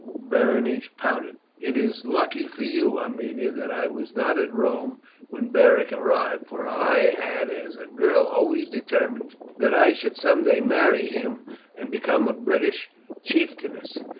berenice pouted. it is lucky for you, aemilia, that i was not at rome when beric arrived, for i had as a girl always determined that i should some day marry him and become a british chieftainess.